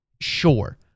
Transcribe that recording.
sure